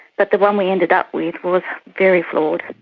but the one we ended up with was very flawed.